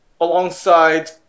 alongside